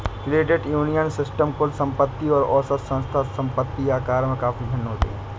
credit union system कुल संपत्ति और औसत संस्था संपत्ति आकार में काफ़ी भिन्न होते हैं